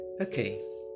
Okay